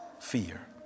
fear